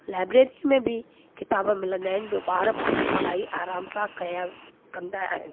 library में बि किताब मिलंदा आहिनि जो ॿार पंहिंजी पढ़ाई आराम सां कया कंदा आहिनि